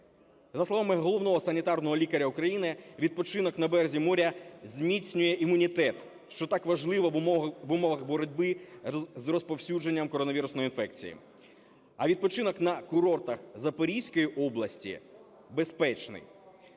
За словами Головного санітарного лікаря України, відпочинок на березі моря зміцнює імунітет, що так важливо в умовах боротьби з розповсюдженням коронавірусної інфекції, а відпочинок на курортах Запорізької області безпечний.